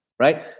Right